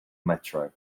metro